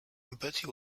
betty